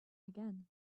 again